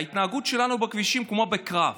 ההתנהגות שלנו בכבישים היא כמו בקרב: